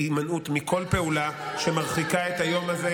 והימנעות מכל פעולה שמרחיקה את היום הזה,